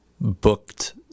booked